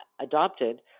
adopted